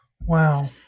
wow